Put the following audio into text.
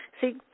See